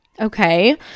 okay